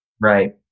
Right